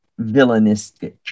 villainistic